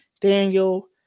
Daniel